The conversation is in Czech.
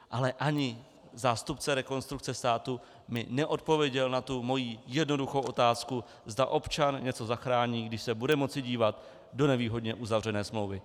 Ale ani zástupce Rekonstrukce státu mi neodpověděl na tu moji jednoduchou otázku, zda občan něco zachrání, když se bude moci dívat do nevýhodně uzavřené smlouvy.